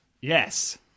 Yes